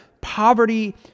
Poverty